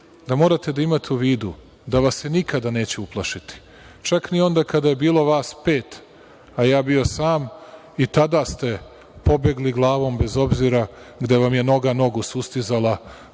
da morate da imate u vidu da vas se nikada neću uplašiti. Čak ni onda kada je bilo vas pet, a ja bio sam, i tada ste pobegli glavom bez obzira, gde vam je noga nogu sustizala,